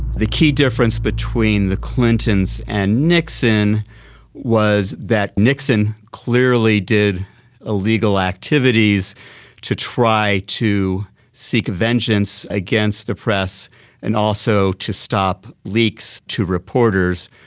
the key difference between the clintons and nixon was that nixon clearly did illegal activities to try to seek vengeance against the press and also to stop leaks to reporters,